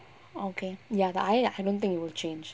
okay ya the I don't think you will change